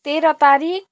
तेह्र तारिख